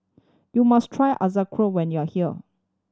you must try Ochazuke when you are here